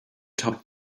topped